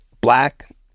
black